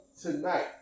tonight